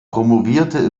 promovierte